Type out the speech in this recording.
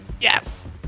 Yes